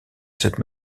cette